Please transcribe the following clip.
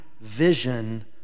vision